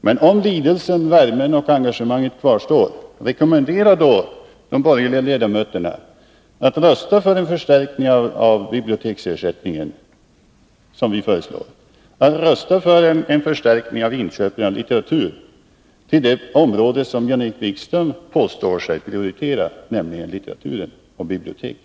Men om lidelsen, värmen och engagemanget kvarstår, rekommendera då de borgerliga ledamöterna att rösta för en förstärkning av biblioteksersättningen, som vi föreslår, och att rösta för en förstärkning när det gäller inköpen av litteratur. Det rör sig ändå om det område som Jan-Erik Wikström påstår sig prioritera, nämligen litteraturen och biblioteken.